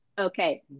Okay